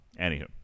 anywho